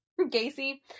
Gacy